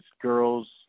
girls